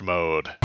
Mode